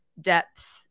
depth